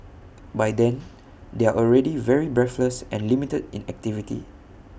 by then they are already very breathless and limited in activity